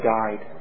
died